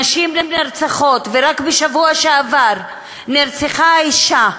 נשים נרצחות, ורק בשבוע שעבר נרצחה אישה,